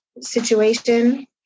situation